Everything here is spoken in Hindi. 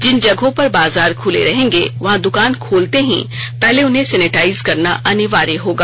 जिन जगहों पर बाजार खुले रहेंगे वहां दुकान खोलते ही पहले उन्हें सेनेटाइज करना अनिवार्य होगा